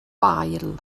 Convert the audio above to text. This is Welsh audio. wael